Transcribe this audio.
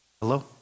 Hello